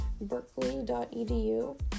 berkeley.edu